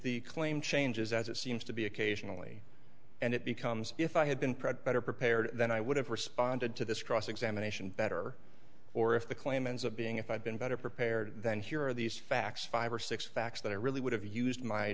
the claim changes as it seems to be occasionally and it becomes if i had been prepped better prepared than i would have responded to this cross examination better or if the claimants of being if i'd been better prepared than here are these facts five or six facts that i really would have used my